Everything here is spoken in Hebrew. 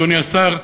אדוני השר,